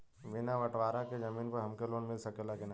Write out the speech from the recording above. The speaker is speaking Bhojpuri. बिना बटवारा के जमीन पर हमके लोन मिल सकेला की ना?